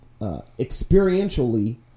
experientially